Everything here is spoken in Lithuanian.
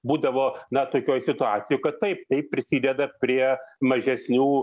būdavo na tokioj situacijoj kad taip tai prisideda prie mažesnių